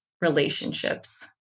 relationships